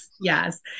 Yes